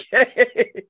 Okay